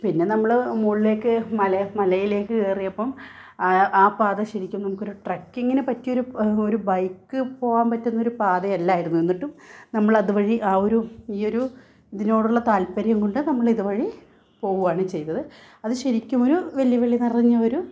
പിന്നെ നമ്മൾ മുകളിലേക്ക് മല മലയിലേക്ക് കയറിയപ്പം ആ പാത ശരിക്കും നമുക്ക് ഒരു ട്രെക്കിങ്ങിന് പറ്റിയ ഒരു ഒരു ബൈക്ക് പോകാൻ പറ്റുന്ന ഒരു പാതയല്ലായിരുന്നു എന്നിട്ടും നമ്മൾ അത് വഴി ആ ഒരു ഈ ഒരു ഇതിനോടുള്ള താത്പര്യം കൊണ്ട് നമ്മൾ ഇത് വഴി പോകുകയാണ് ചെയ്തത് അത് ശരിക്കും ഒരു വെല്ലുവിളി നിറഞ്ഞ ഒരു